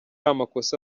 amakosa